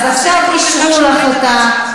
אז עכשיו אישרו לך אותה.